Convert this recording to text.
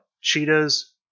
Cheetahs